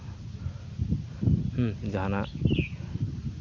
ᱦᱩᱸ ᱡᱟᱦᱟᱱᱟᱜ ᱟᱭᱢᱟ ᱨᱚᱠᱚᱢ ᱢᱚᱴᱚᱨ ᱦᱮᱱᱟᱜᱼᱟ